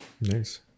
Nice